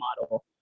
model